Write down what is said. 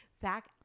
Zach